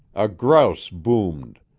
a grouse boomed,